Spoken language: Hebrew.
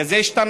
כי זה השתנה.